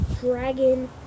Dragon